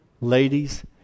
ladies